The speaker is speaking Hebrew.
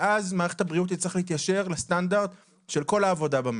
ואז מערכת הבריאות תצטרך להתיישר לסטנדרט של כל העבודה במשק.